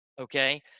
okay